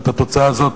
ואת התוצאה הזאת,